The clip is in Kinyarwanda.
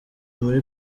muri